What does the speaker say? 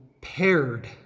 paired